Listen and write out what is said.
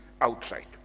outside